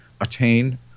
attain